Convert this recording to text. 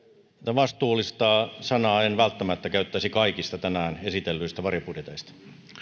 vastuullista sanaa en välttämättä käyttäisi kaikista tänään esitellyistä varjobudjeteista